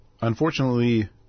unfortunately